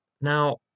Now